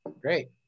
great